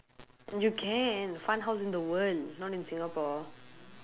you can fun house in the world not in singapore